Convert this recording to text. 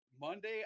Monday